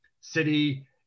city